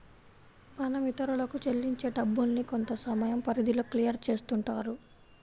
మనం ఇతరులకు చెల్లించే డబ్బుల్ని కొంతసమయం పరిధిలో క్లియర్ చేస్తుంటారు